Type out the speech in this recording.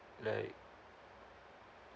like